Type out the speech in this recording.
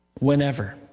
Whenever